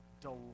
delight